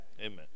Amen